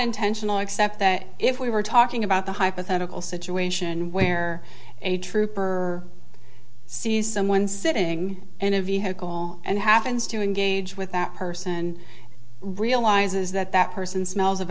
intentional except that if we were talking about the hypothetical situation where a trooper sees someone sitting in a vehicle and happens to engage with that person realizes that that person smells of